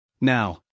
Now